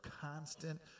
constant